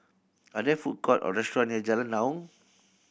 are there food court or restaurant near Jalan Naung